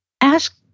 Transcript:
ask